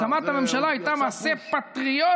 הקמת הממשלה הייתה מעשה פטריוטי.